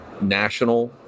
national